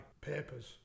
papers